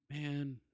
man